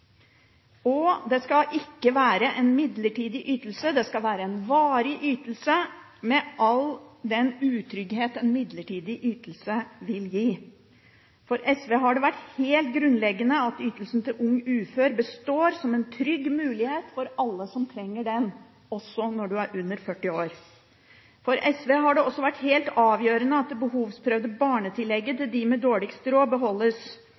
og det skal ikke være en midlertidig ytelse, det skal være en varig ytelse, uten all den utrygghet en midlertidig ytelse vil gi. For SV har det vært helt grunnleggende at ytelsen til «ung ufør» består som en trygg mulighet for alle som trenger den, også når man er under 40 år. For SV har det også vært helt avgjørende at det behovsprøvde barnetillegget til dem med dårligst råd beholdes.